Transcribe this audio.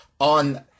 on